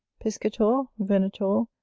piscator, venator,